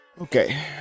Okay